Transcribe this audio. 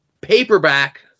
paperback